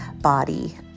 body